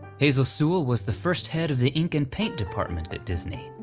hazel sewell was the first head of the ink and paint department at disney,